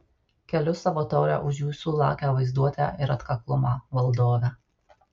keliu savo taurę už jūsų lakią vaizduotę ir atkaklumą valdove